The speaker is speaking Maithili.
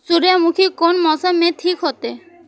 सूर्यमुखी कोन मौसम में ठीक होते?